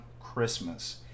Christmas